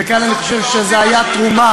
וכאן אני חושב שזאת הייתה תרומה,